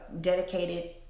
dedicated